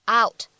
out